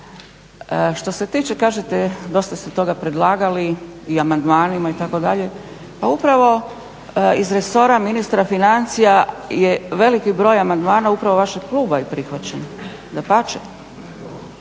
Što se tiče, kažete dosta ste toga predlagali, i amandmanima, itd., pa upravo iz resora ministra financija je veliki broj amandmana upravo vašeg kluba je prihvaćen, dapače.